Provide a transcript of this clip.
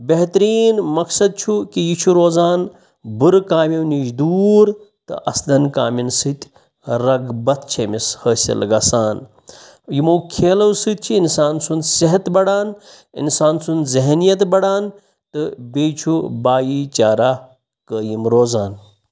بِہتریٖن مَقصَد چھُ کہِ یہِ چھُ روزان بُرٕ کامیو نِش دوٗر تہٕ اَصلٮ۪ن کامٮ۪ن سۭتۍ رغبت چھےٚ أمِس حٲصِل گژھان یِمو کھیلو سۭتۍ چھِ اِنسان سُنٛد صحت بَڑان اِنسان سُنٛد ذہنِیَت بَڑان تہٕ بیٚیہِ چھُ بھایی چارہ قٲیِم روزان